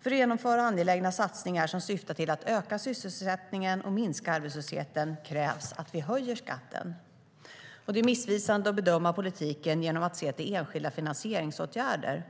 För att genomföra angelägna satsningar som syftar till att öka sysselsättningen och minska arbetslösheten krävs att vi höjer skatten. Det är missvisande att bedöma politiken genom att se till enskilda finansieringsåtgärder.